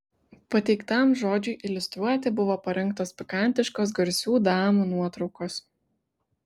pateiktam žodžiui iliustruoti buvo parinktos pikantiškos garsių damų nuotraukos